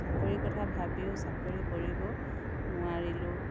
চাকৰি কথা ভাবিও চাকৰি কৰিব নোৱাৰিলোঁ